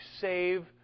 save